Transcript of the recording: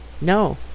No